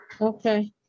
Okay